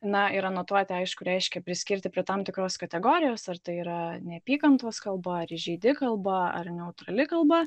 na ir anotuoti aišku reiškia priskirti prie tam tikros kategorijos ar tai yra neapykantos kalba ar įžeidi kalba ar neutrali kalba